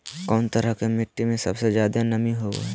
कौन तरह के मिट्टी में सबसे जादे नमी होबो हइ?